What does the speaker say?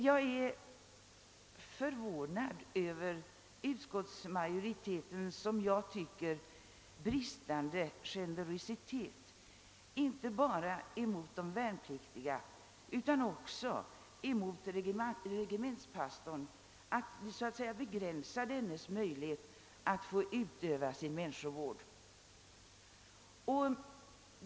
Jag är förvånad över utskottsmajoritetens enligt min mening bristande generositet inte bara mot de värnpliktiga utan också mot regementspastorn, i det att man så att säga begränsar dennes möjlighet att utöva sin människovård.